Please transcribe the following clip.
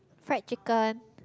fried chicken